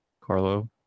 carlo